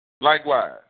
Likewise